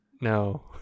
no